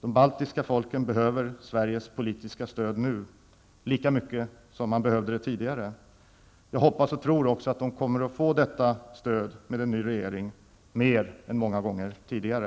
De baltiska folken behöver Sveriges politiska stöd nu -- lika mycket som tidigare. Jag hoppas och tror att de också i och med att Sverige har fått en ny regering kommer att få detta stöd, mer än många gånger tidigare.